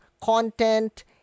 content